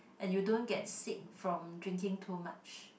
and you don't get sick from drinking too much